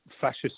fascist